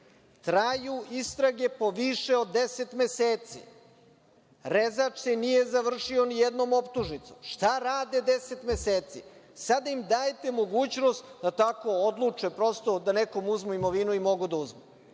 Traju istrage po više od 10 meseci. „Rezač“ se nije završio ni jednom optužnicom. Šta rade 10 meseci? Sad im dajete mogućnost da tako odluče, prosto, da nekom uzmu imovinu i mogu da